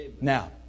Now